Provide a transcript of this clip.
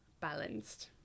balanced